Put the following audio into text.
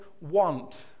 want